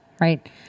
right